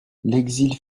l’exil